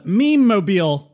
meme-mobile